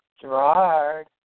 Gerard